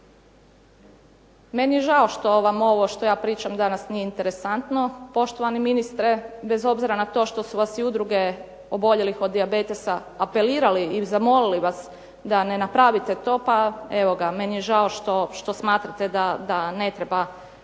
Meni je žao što vam ovo što ja pričam danas nije interesantno poštovani ministre bez obzira na to što vas Udruge oboljelih od dijabetesa zamolile da ne napravite to, pa evo ga meni je žao što smatrate da ne trebate